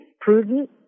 prudent